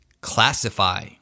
Classify